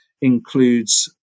includes